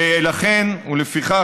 לפיכך,